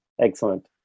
Excellent